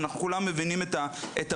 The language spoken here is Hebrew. אנחנו כולם מבינים את המשמעויות,